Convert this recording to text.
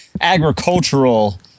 agricultural